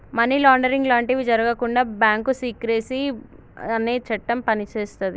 money laundering లాంటివి జరగకుండా bank secrecy అనే చట్టం పనిచేస్తది